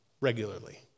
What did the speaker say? regularly